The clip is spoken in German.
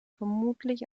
vermutlich